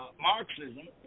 Marxism